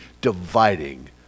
dividing